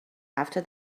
after